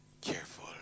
careful